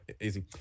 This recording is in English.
easy